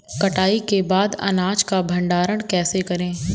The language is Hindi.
कटाई के बाद अनाज का भंडारण कैसे करें?